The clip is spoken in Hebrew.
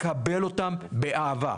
לקבל אותם באהבה.